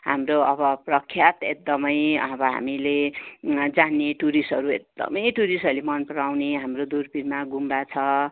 हाम्रो अब प्रख्यात एकदमै अब हामीले जाने टुरिस्टहरू एकदमै टुरिस्टहरूले मन पराउने हाम्रो दुरपिनमा गुम्बा छ